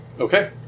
Okay